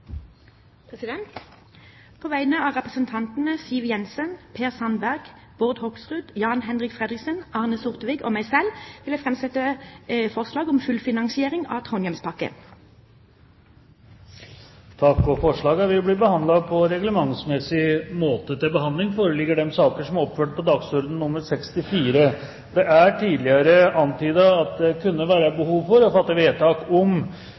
På vegne av representantene Siv Jensen, Per Sandberg. Bård Hoksrud, Jan-Henrik Fredriksen, Arne Sortevik og meg selv vil jeg framsette forslag om fullfinansiering av Trondheimspakken. Forslagene vil bli behandlet på reglementsmessig måte. Det er tidligere antydet at det kunne være behov for å fatte vedtak om at møtet skulle forlenges dersom det gikk utover den reglementsmessige tid for formiddagens møte. Etter presidentens vurdering vil det ikke være nødvendig å fatte